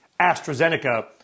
AstraZeneca